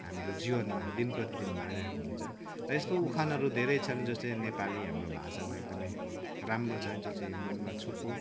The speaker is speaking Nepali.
हाम्रो जीवनमा दिन प्रतिदिन भइरहेको हुन्छ र यस्तो उखानहरू धेरै छन् जो चाहिँ नेपाली हाम्रो भाषामा एकदमै राम्रो छ जो चाहिँ एकदमै मनमा छोएको